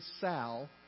sal